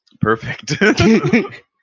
Perfect